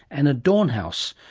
and dornhaus,